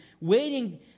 waiting